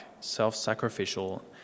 self-sacrificial